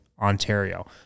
Ontario